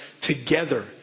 together